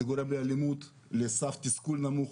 את כל הדברים הנוראיים,